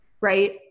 right